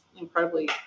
incredibly